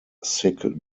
sick